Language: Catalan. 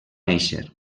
néixer